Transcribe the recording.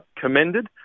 commended